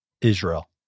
Israel